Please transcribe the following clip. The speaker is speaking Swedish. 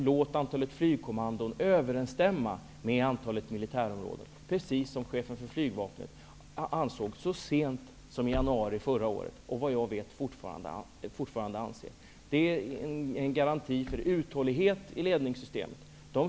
Låt antalet flygkommandon överensstämma med antalet militärområden, precis som chefen för flygvapnet ansåg så sent som i januari förra året -- och såvitt jag vet, fortfarande anser. Det är en garanti för uthållighet i ledningssystemet.